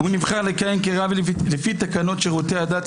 "והוא נבחר לכהן כרב עיר לפי תקנות שירותי הדת,